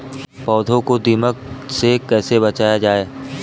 पौधों को दीमक से कैसे बचाया जाय?